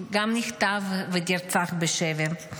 גם נחטף ונרצח בשבי.